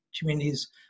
communities